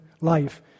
life